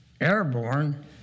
airborne